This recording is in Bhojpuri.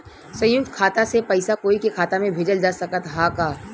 संयुक्त खाता से पयिसा कोई के खाता में भेजल जा सकत ह का?